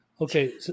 Okay